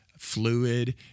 fluid